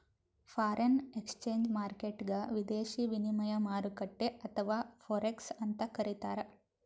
foreign exchange ಮಾರ್ಕೆಟ್ಗ್ ವಿದೇಶಿ ವಿನಿಮಯ ಮಾರುಕಟ್ಟೆ ಅಥವಾ ಫೋರೆಕ್ಸ್ ಅಂತ್ ಕರಿತಾರ್